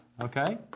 okay